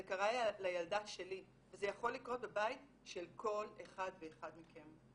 זה קרה לילדה שלי וזה יכול לקרות בבית של כל אחד ואחד מכם.